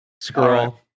scroll